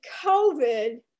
COVID